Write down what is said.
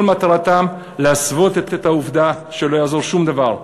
מטרתם להסוות את העובדה שלא יעזור שום דבר,